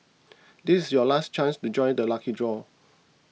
this is your last chance to join the lucky draw